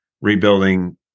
rebuilding